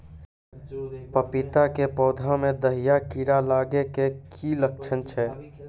पपीता के पौधा मे दहिया कीड़ा लागे के की लक्छण छै?